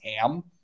ham